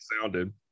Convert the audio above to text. sounded